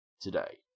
today